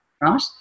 right